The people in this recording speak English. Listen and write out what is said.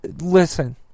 listen